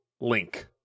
link